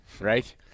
right